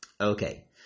Okay